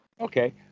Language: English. Okay